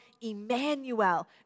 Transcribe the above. Emmanuel